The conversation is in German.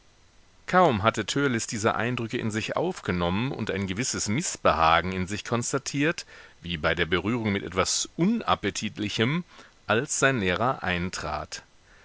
kaum hatte törleß diese eindrücke in sich aufgenommen und ein gewisses mißbehagen in sich konstatiert wie bei der berührung mit etwas unappetitlichem als sein lehrer eintrat